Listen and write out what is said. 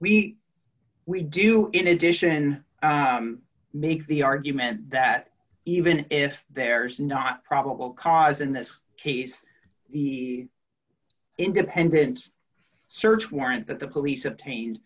we we do in addition make the argument that even if there is not probable cause in this case the independent search warrant that the police obtain